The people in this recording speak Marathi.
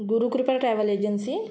Gurukrupa travel agency